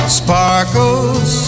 sparkles